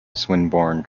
swinburne